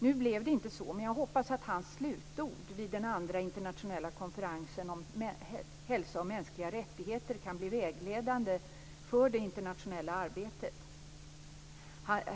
Nu blev det inte så, men jag hoppas att hans slutord vid den andra internationella konferensen om hälsa och mänskliga rättigheter kan bli vägledande för det internationella arbetet.